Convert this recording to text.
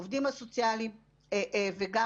העובדים הסוציאליים וגם